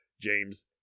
James